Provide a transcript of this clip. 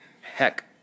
heck